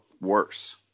worse